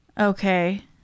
Okay